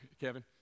Kevin